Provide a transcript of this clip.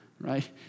right